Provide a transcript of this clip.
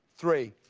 three.